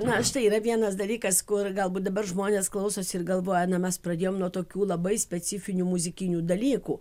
na štai yra vienas dalykas kur galbūt dabar žmonės klausosi ir galvoja na mes pradėjom nuo tokių labai specifinių muzikinių dalykų